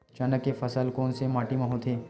चना के फसल कोन से माटी मा होथे?